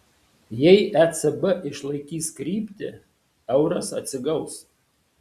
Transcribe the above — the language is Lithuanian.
jei ecb išlaikys kryptį euras atsigaus